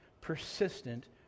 persistent